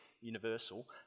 universal